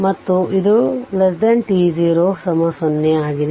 ಮತ್ತು ಇದು t0 0 ಆಗಿದೆ